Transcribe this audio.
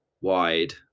wide